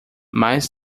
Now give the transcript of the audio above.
mais